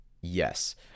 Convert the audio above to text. yes